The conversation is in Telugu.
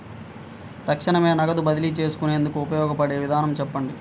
తక్షణమే నగదు బదిలీ చేసుకునేందుకు ఉపయోగపడే విధానము చెప్పండి?